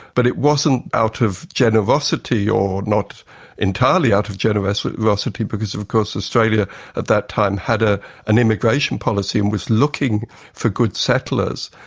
but it wasn't out of generosity or not entirely out of generosity generosity because of course australia at that time had ah an immigration policy and was looking for good settlers.